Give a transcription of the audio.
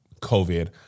COVID